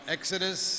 Exodus